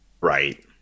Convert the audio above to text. Right